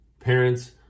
parents